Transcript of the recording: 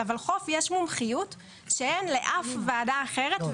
לולחו"ף יש מומחיות שאין לאף וועדה אחרת,